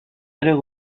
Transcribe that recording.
aller